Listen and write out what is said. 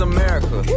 America